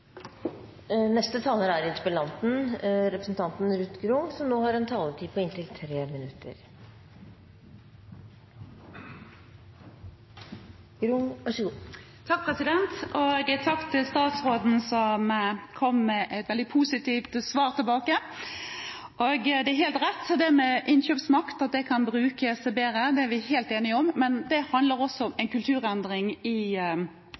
som bidrar til utgifter på statsbudsjettet. Takk til statsråden for et veldig positivt svar. Det er helt rett at innkjøpsmakt kan brukes bedre – det er vi helt enige om – men det handler også om en kulturendring i